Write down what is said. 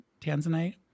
Tanzanite